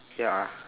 ya